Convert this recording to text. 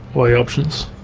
what are the options?